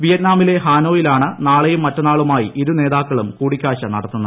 വിയറ്റ്നാമിലെ ഹാനോയിലാണ് നാളെയും മറ്റെന്നാളുമായി ഇരുനേതാക്കളും കൂടിക്കാഴ്ച നടത്തുന്നത്